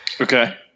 Okay